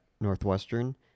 Northwestern